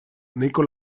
nahiko